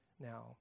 now